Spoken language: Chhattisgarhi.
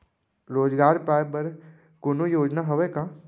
रोजगार पाए बर कोनो योजना हवय का?